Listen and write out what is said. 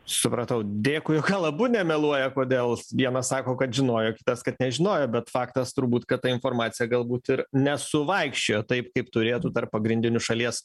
supratau dėkui gal abu nemeluoja kodėl vienas sako kad žinojo kitas kad nežinojo bet faktas turbūt kad ta informacija galbūt ir nesuvaikščiojo taip kaip turėtų tarp pagrindinių šalies